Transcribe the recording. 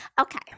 Okay